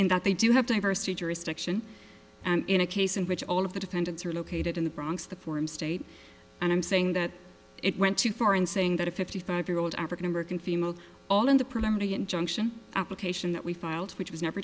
in that they do have diversity jurisdiction in a case in which all of the defendants are located in the bronx the form state and i'm saying that it went too far in saying that a fifty five year old african american female all in the preliminary injunction application that we filed which was never